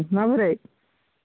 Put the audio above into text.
माब्रै